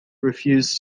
refused